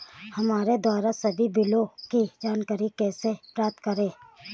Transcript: हमारे द्वारा सभी बिलों की जानकारी कैसे प्राप्त करें?